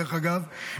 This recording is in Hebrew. דרך אגב,